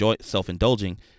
self-indulging